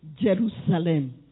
Jerusalem